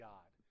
God